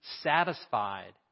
satisfied